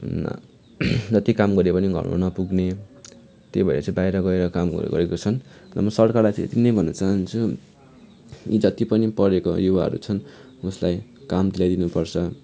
जति काम गऱ्यो पनि घरमा नपुग्ने त्यही भएर चाहिँ बाहिर गएर कामहरू गरेका छन् अन्त म सरकारलाई चाहिँ यति नै भन्न चाहन्छु कि जति पनि पढेको युवाहरू छन् उसलाई काम दिलाइदिनु पर्छ